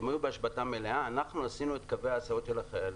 כשהם היו בהשבתה מלאה אנחנו עשינו את קווי ההסעות של החיילים.